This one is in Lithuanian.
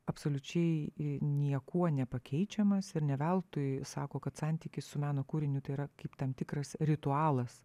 absoliučiai niekuo nepakeičiamas ir ne veltui sako kad santykis su meno kūriniu tai yra kaip tam tikras ritualas